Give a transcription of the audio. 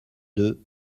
deux